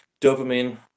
dopamine